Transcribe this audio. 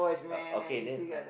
uh okay then